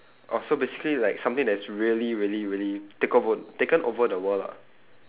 oh so basically like something that's really really really take over taken over the world lah